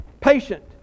patient